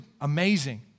amazing